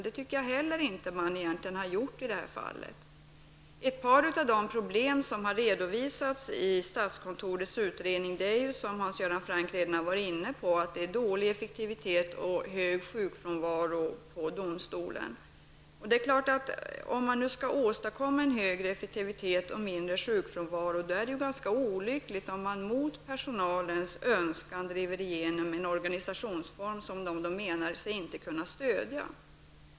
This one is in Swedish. Det tycker jag inte heller att man har gjort i det här fallet. Ett par av de problem som har redovisats i statskontorets utredning är, som Hans Göran Franck varit inne på, att det är dålig effektivitet och hög sjukfrånvaro i domstolen. Om man nu vill åstadkomma en bättre effektivitet och en mindre sjukfrånvaro, är det olyckligt om man driver igenom en organisationsform som personalen inte anser sig kunna stödja.